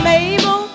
Mabel